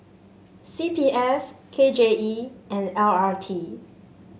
C P F K J E and L R T